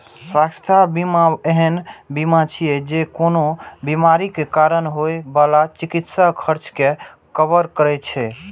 स्वास्थ्य बीमा एहन बीमा छियै, जे कोनो बीमारीक कारण होइ बला चिकित्सा खर्च कें कवर करै छै